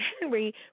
Henry